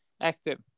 active